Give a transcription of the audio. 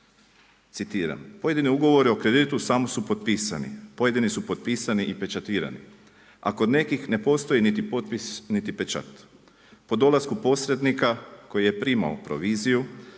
Citiram: Pojedine ugovore o kreditu samo su potpisani, pojedini su potpisani i pečatirani. A kod nekih ne postoji niti potpis niti pečat. Po dolasku posrednika koji je primao proviziju